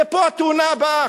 ופה התאונה הבאה.